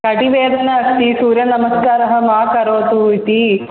कटिवेदना अस्ति सूर्यनमस्कारः मा करोतु इति